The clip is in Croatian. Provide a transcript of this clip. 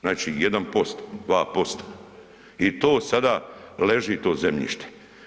Znači 1%, 2% i to sada leži to zemljište.